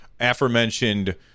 aforementioned